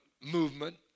movement